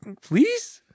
please